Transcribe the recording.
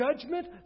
judgment